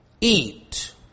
eat